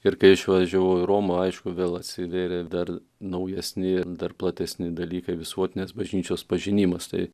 ir kai išvažiavau į romą aišku vėl atsiverė dar naujesni dar platesni dalykai visuotinės bažnyčios pažinimas tai